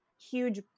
huge